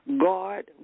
god